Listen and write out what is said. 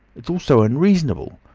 it's all so unreasonable.